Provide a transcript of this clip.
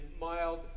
mild